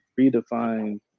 redefine